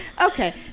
Okay